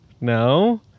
No